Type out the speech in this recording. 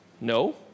no